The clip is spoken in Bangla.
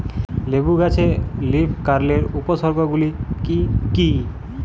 লেবু গাছে লীফকার্লের উপসর্গ গুলি কি কী?